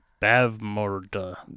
Bavmorda